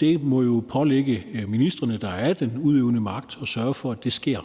det må jo påligge ministrene, der er den udøvende magt, at sørge for, at det sker.